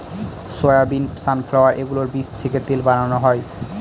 soybean, sunflower এগুলোর বীজ থেকে তেল বানানো হয়